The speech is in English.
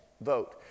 vote